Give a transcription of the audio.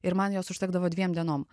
ir man jos užtekdavo dviem dienom